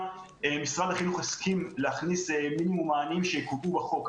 - משרד החינוך הסכים להכניס מענים שיהיו בחוק.